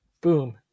boom